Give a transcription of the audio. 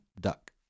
duck